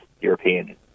European